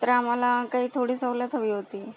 तर आम्हाला काही थोडी सवलत हवी होती